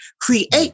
create